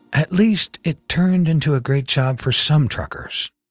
at least, it turned into a great job for some truckers.